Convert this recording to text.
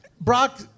Brock